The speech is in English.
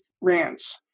ranch